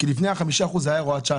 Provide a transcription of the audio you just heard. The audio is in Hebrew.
לפני ה-5% הייתה הוראת שעה.